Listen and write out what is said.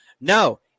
No